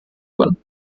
wurden